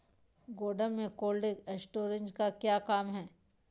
गोडम में cold storage का क्या काम है?